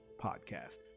Podcast